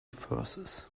verses